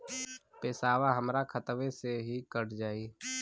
पेसावा हमरा खतवे से ही कट जाई?